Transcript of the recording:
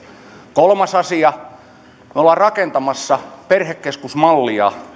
kolmas asia me olemme rakentamassa perhekeskusmallia